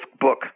book